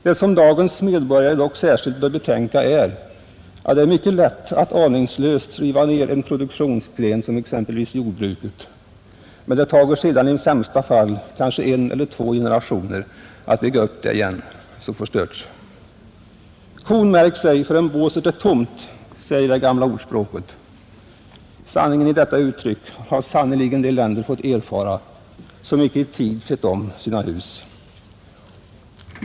Det som dagens medborgare dock särskilt bör betänka är, att det är mycket lätt att aningslöst riva ner en produktionsgren som exempelvis jordbruket men att det sedan tar i sämsta fall kanske en eller två generationer att bygga upp igen det som förstörts. ”Man saknar inte kon förrän båset är tomt” säger det gamla ordspråket. Sanningen i detta uttryck har sannerligen de länder fått erfara som icke i tid sett om sina hus.